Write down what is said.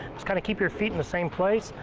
just kind of keep your feet in the same place,